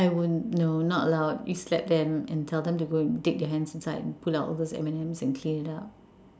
I won't no not allowed you slap them and tell them to go and dig their hands inside and pull out all those M and Ms and clean it up